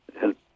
help